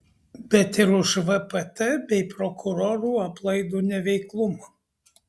bet ir už vpt bei prokurorų aplaidų neveiklumą